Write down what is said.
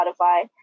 Spotify